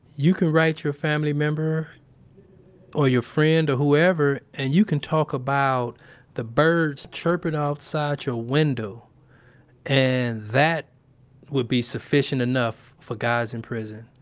you can write your family member or your friend or whoever and you can talk about the birds chirpin' outside your window and that would be sufficient enough for guys in prison.